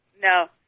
No